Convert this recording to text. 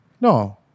No